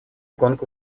гонку